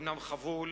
אומנם חבול,